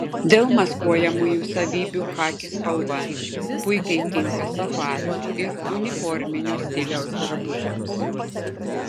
dėl maskuojamųjų savybių chaki spalva puikiai tinka safario ir uniforminio stiliaus drabužiams